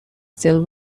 still